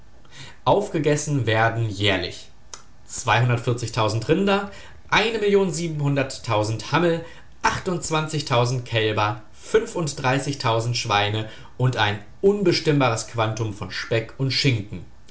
aufgegessen werden jährlich rinder hammel kälber schweine und ein unbestimmbares quantum von speck und schinken